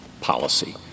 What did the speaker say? policy